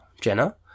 Jenna